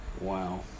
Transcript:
Wow